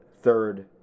third